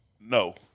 No